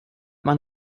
man